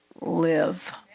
live